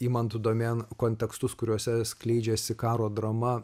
imant domėn kontekstus kuriuose skleidžiasi karo drama